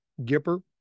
Gipper